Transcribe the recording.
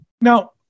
Now